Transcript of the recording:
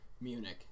Munich